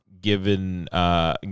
given